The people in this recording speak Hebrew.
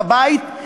בבית,